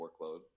workload